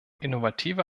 innovative